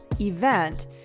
event